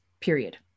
period